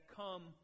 come